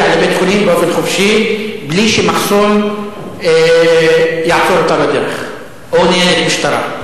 לבית-חולים באופן חופשי בלי שמחסום יעצור אותה בדרך או ניידת משטרה.